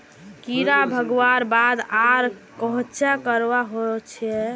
कीड़ा भगवार बाद आर कोहचे करवा होचए?